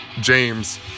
James